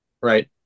Right